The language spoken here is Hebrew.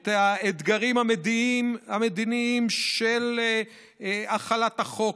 את האתגרים המדיניים של החלת החוק,